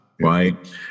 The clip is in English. right